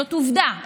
זאת עובדה.